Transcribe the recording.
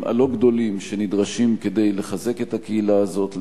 הלא-גדולים שנדרשים כדי לחזק את הקהילה הזאת,